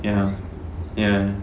ya ya